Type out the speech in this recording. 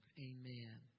Amen